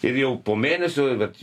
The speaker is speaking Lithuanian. ir jau po mėnesio vat